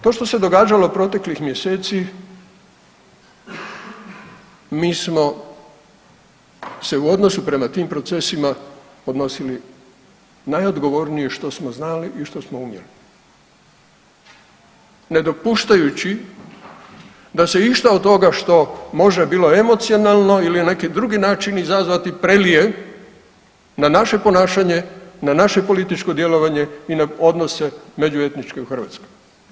To što se događalo proteklih mjeseci mi smo se u odnosu prema tim procesima odnosili najodgovornije što smo znali i što smo umjeli, ne dopuštajući da se išta od toga što može bilo emocionalno ili na neki drugi način izazvati prelije na naše ponašanje, na naše političko djelovanje i na odnose međuetničke u Hrvatskoj.